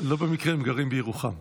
לא במקרה הם גרים בירוחם.